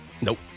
Nope